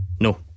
No